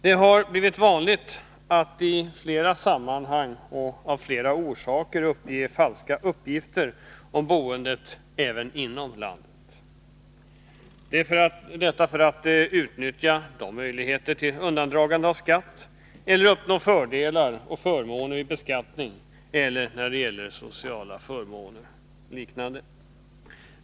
Det har blivit vanligt att i flera sammanhang och av flera orsaker uppge falska uppgifter om boendet även inom landet — detta för att utnyttja möjligheter till undandragande av skatt eller för att uppnå fördelar och förmåner i beskattningen eller när det gäller sociala förmåner och liknande.